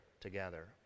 together